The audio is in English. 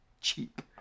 cheap